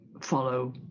follow